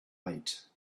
light